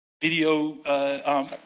video